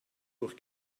durch